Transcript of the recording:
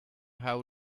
how